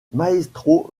maestro